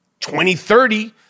2030